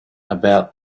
about